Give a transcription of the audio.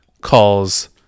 Calls